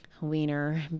wiener